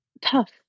tough